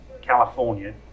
California